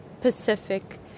Pacific